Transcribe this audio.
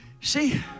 see